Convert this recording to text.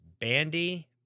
Bandy